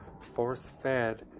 force-fed